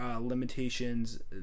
limitations